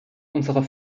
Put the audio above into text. unserer